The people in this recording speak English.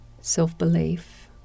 Self-belief